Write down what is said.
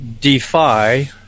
defy